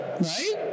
Right